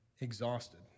exhausted